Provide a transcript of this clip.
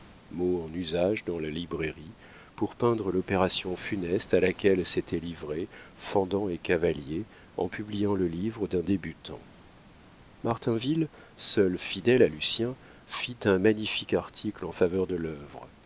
en usage dans la librairie pour peindre l'opération funeste à laquelle s'étaient livrés fendant et cavalier en publiant le livre d'un débutant martinville seul fidèle à lucien fit un magnifique article en faveur de l'œuvre